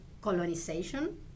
colonization